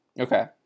Okay